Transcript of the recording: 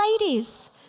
ladies